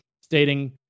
stating